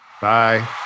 bye